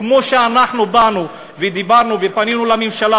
כמו שאנחנו באנו ודיברנו ופנינו לממשלה